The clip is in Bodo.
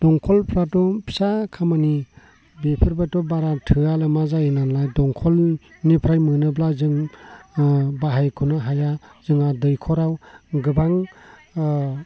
दंखलफ्राथ' फिसा खामानि बेफोरबोथ' बारा थोया लोमा जायो नालाय दंखलनिफ्राय मोनोब्ला जों बाहायख'नो हाया जोंहा दैखराव गोबां